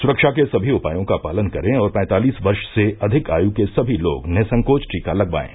सुरक्षा के सभी उपायों का पालन करें और पैंत्तालीस वर्ष से अधिक आयु के सभी लोग निःसंकोच टीका लगवाएं